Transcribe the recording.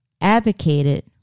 advocated